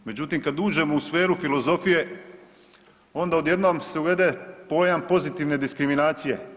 Međutim, kad uđemo u sferu filozofije onda odjednom se uvede pojam „pozitivne diskriminacije“